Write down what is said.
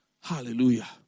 Hallelujah